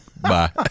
Bye